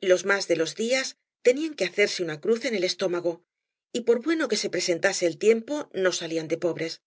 los más de los días tenían que hacerse una cruz en el estómago y por bueno que se presentase el tiempo no salían de pobres